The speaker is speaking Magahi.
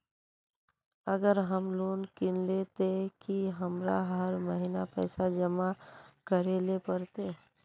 अगर हम लोन किनले ते की हमरा हर महीना पैसा जमा करे ले पड़ते?